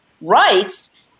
rights